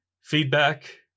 feedback